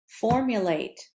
formulate